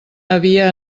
havia